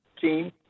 team